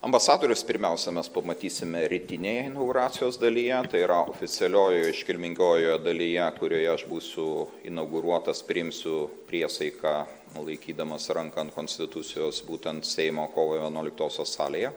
ambasadorius pirmiausia mes pamatysime rytinėje inauguracijos dalyje tai yra oficialiojoje iškilmingojoje dalyje kurioje aš būsiu inauguruotas priimsiu priesaiką laikydamas ranką ant konstitucijos būtent seimo kovo vienuoliktosios salėje